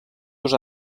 dos